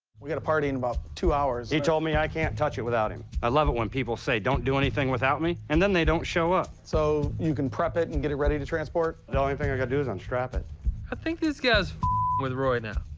we got a party in about two hours he told me i can't touch it without him i love it when people say don't do anything without me and then they don't show up so you can prep it and get it ready to transport i gotta do is unstrap it i think this guy's with roy now